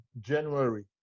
January